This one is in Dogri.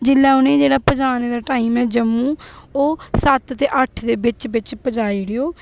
जेल्लै उ'नें जेह्ड़ा पजाने दा टाइम ऐ जम्मू ते ओह् सत्त ते अट्ठ दे बिच बिच पजाई उड़ेओ